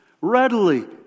readily